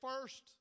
first